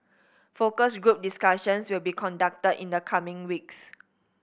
focus group discussions will be conducted in the coming weeks